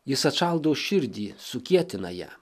jis atšaldo širdį sukietina ją